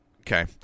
Okay